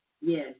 Yes